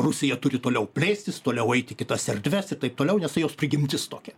rusija turi toliau plėstis toliau eit į kitas erdves ir taip toliau nes jos prigimtis tokia